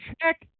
check